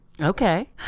Okay